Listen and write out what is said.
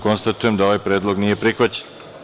Konstatujem da ovaj predlog nije prihvaćen.